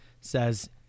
says